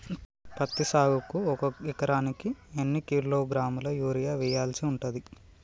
పత్తి సాగుకు ఒక ఎకరానికి ఎన్ని కిలోగ్రాముల యూరియా వెయ్యాల్సి ఉంటది?